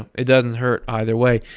it doesn't hurt either way.